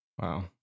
Wow